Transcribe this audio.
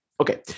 Okay